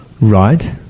Right